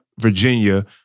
Virginia